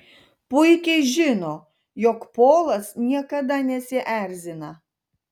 puikiai žino jog polas niekada nesierzina